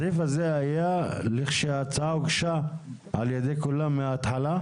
הסעיף הזה היה לכשההצעה הוגשה על ידי כולם מההתחלה?